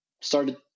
started